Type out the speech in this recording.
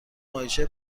ماهیچه